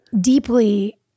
deeply